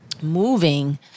moving